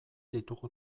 ditugu